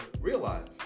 realize